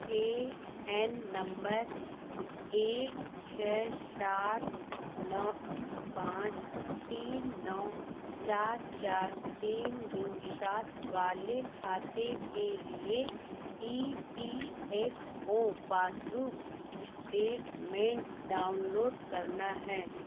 ए N number एक छः सात नौ पाँच तीन नौ चार चार तीन दो सात वाले खाते के लिए E P F O passbook statement download करना है